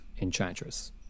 Enchantress